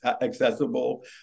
accessible